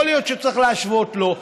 יכול להיות שצריך להשוות לו,